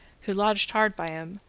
who lodged hard by him,